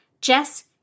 Jess